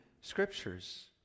scriptures